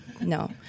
No